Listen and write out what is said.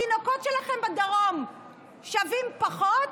התינוקות שלכם בדרום שווים פחות?